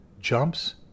jumps